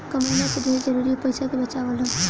कमइला से ढेर जरुरी उ पईसा के बचावल हअ